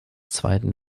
zweiten